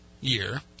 year